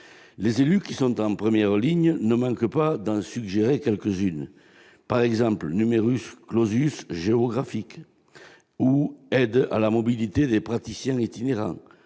Les élus, qui sont en première ligne, ne manquent pas d'en suggérer quelques-unes, comme le géographique ou l'aide à la mobilité des praticiens itinérants.